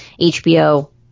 HBO